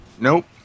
Nope